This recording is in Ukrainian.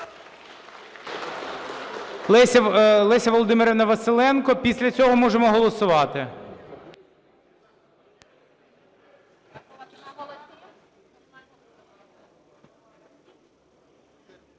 Леся Володимирівна Василенко. Після цього можемо голосувати.